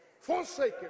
forsaken